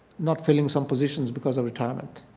not killing some positions because of retirement.